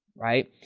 right.